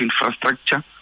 infrastructure